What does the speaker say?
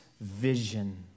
vision